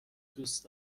دوست